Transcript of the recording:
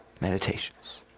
meditations